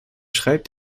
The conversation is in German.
schreibt